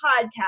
podcast